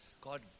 God